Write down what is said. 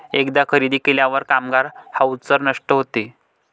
एकदा खरेदी केल्यावर कामगार व्हाउचर नष्ट होते